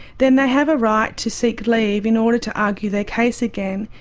then they have a right to seek leave in order to argue their case again,